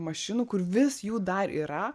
mašinų kur vis jų dar yra